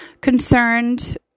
Concerned